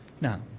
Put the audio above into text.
Now